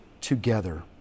together